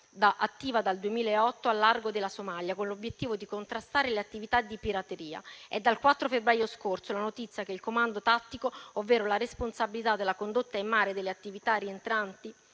attiva dal 2008 al largo della Somalia con l'obiettivo di contrastare le attività di pirateria. È del 4 febbraio la notizia che il comando tattico, ovvero la responsabilità della condotta in mare delle attività rientranti